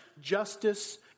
justice